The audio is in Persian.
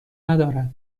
ندارد